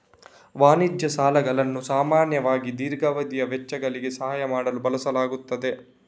ವಾಣಿಜ್ಯ ಸಾಲಗಳನ್ನು ಸಾಮಾನ್ಯವಾಗಿ ದೀರ್ಘಾವಧಿಯ ವೆಚ್ಚಗಳಿಗೆ ಸಹಾಯ ಮಾಡಲು ಬಳಸಲಾಗುತ್ತದೆ